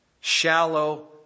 Shallow